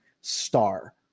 star